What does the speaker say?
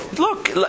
Look